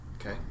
Okay